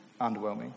underwhelming